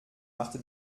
machte